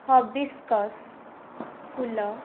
hibiscus ଫୁଲ